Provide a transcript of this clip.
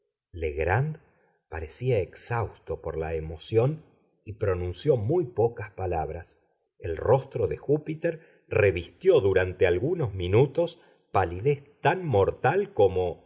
legrand parecía exhausto por la emoción y pronunció muy pocas palabras el rostro de júpiter revistió durante algunos minutos palidez tan mortal como